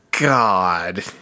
God